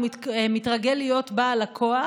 הוא מתרגל להיות בעל הכוח,